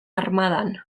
armadan